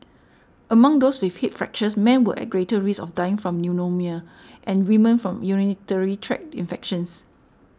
among those with hip fractures men were at greater risk of dying from pneumonia and women from urinary tract infections